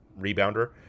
rebounder